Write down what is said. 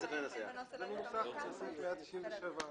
עד הדיון הבא